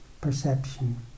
perception